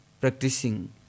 practicing